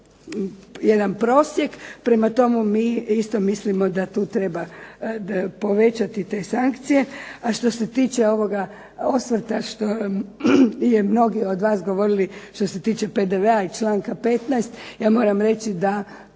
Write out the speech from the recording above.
jedan prosjek prema tome, mi isto mislimo da tu treba povećati te sankcije, a što se tiče ovoga osvrta što je mnogi od vas govorili, što se tiče PDV-a i članka 15. ja moram reći da